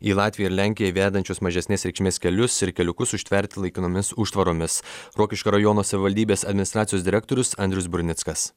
į latviją ir lenkiją vedančius mažesnės reikšmės kelius ir keliukus užtverti laikinomis užtvaromis rokiškio rajono savivaldybės administracijos direktorius andrius burnickas